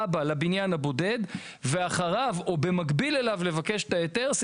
תב"ע לבניין הבודד ואחריו או במקביל אליו לבקש את ההיתר,